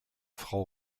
frau